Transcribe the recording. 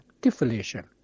deflation